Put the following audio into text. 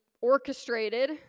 orchestrated